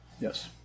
Yes